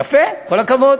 יפה, כל הכבוד.